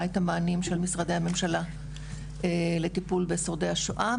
את המענים של משרדי הממשלה לטיפול בשורדי השואה.